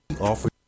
offer